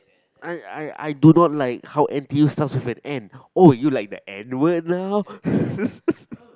I I I do not like how n_t_u start with an N oh you like the N word now